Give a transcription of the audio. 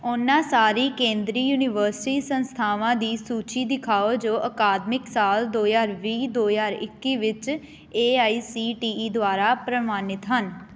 ਉਹਨਾਂ ਸਾਰੀ ਕੇਂਦਰੀ ਯੂਨੀਵਰਸਿਟੀ ਸੰਸਥਾਵਾਂ ਦੀ ਸੂਚੀ ਦਿਖਾਓ ਜੋ ਅਕਾਦਮਿਕ ਸਾਲ ਦੋ ਹਜ਼ਾਰ ਵੀਹ ਦੋ ਹਜ਼ਾਰ ਇੱਕੀ ਵਿੱਚ A I C T E ਦੁਆਰਾ ਪ੍ਰਵਾਨਿਤ ਹਨ